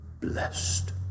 blessed